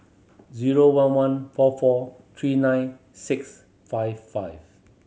zero one one four four three nine six five five